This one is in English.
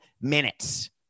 minutes